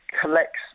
collects